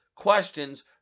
questions